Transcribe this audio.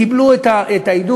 קיבלו את העידוד,